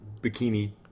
bikini